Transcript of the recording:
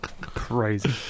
crazy